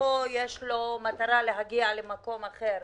בתוכו יש מטרה להגיע למקום אחר.